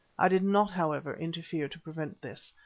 i did not, however, interfere to prevent this,